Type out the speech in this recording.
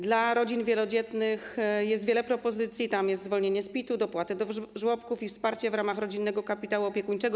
Dla rodzin wielodzietnych jest wiele propozycji, jest zwolnienie z PIT-u, dopłaty do żłobków i wsparcie w ramach Rodzinnego Kapitału Opiekuńczego.